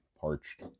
Parched